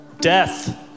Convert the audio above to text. Death